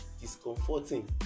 discomforting